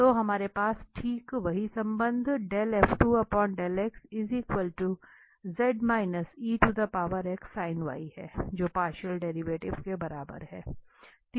तो हमारे पास ठीक वही संबंध है जो पार्शियल डेरिवेटिव के बराबर है